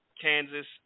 Kansas